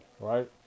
right